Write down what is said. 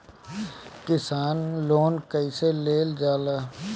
किसान लोन कईसे लेल जाला?